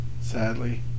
sadly